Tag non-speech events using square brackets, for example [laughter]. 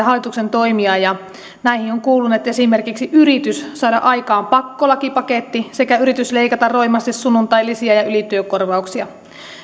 [unintelligible] hallituksen toimia ja näihin ovat kuuluneet esimerkiksi yritys saada aikaan pakkolakipaketti sekä yritys leikata roimasti sunnuntailisiä ja ylityökorvauksia